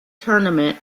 tournament